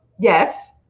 Yes